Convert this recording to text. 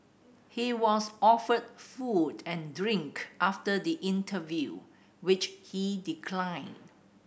he was offered food and drink after the interview which he declined